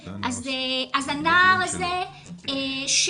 אז הנער הזה ש